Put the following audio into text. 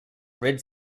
rid